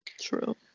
True